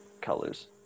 colors